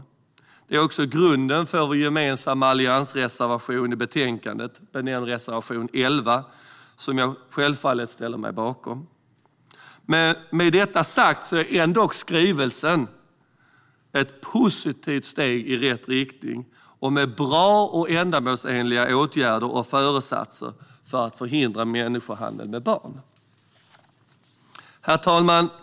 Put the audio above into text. Detta är också grunden för vår gemensamma alliansreservation i betänkandet, reservation 11, som jag självfallet ställer mig bakom. Med detta sagt är ändå skrivelsen ett positivt steg i rätt riktning med bra och ändamålsenliga åtgärder och föresatser för att förhindra människohandel med barn. Herr talman!